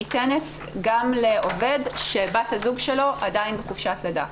ניתנת גם לעובד שבת הזוג שלו עדיין בחופשת לידה.